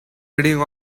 reading